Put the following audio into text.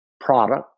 product